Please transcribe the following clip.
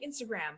Instagram